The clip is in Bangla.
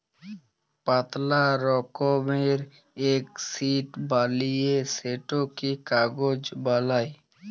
পাতলা রকমের এক শিট বলিয়ে সেটকে কাগজ বালাই